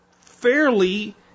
fairly